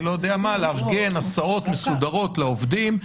לארגן הסעות מסודרות לעובדים,